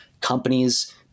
companies